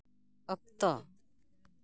ᱚᱠᱛᱚ